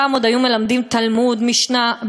פעם עוד היו מלמדים תלמוד, משנה.